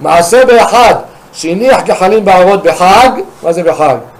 מעשה באחד, שהניח גחלים בוערות בחג, מה זה בחג?